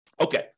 Okay